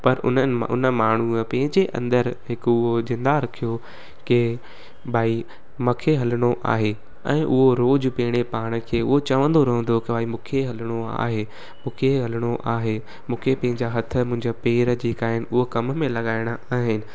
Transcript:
पर उन्हनि उन माण्हू पंहिंजे अंदरु हिकु उहो जिंदा रखियो के भाई मूंखे हलणो आहे ऐं उहो रोज़ पंहिंजे पाण खे उहो चवंदो रहंदो हुयो की भाई मूंखे हलणो आहे मूंखे हलणो आहे मूंखे पंहिंजा हथ मूंखे पंहिंजा पैर जेका आहिनि हूअ कम में लॻाइणा आहिनि